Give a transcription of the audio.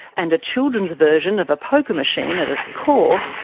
and a children's version of a poker machine at its core,